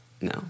no